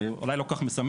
אולי לא כל כך משמח,